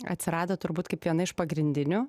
atsirado turbūt kaip viena iš pagrindinių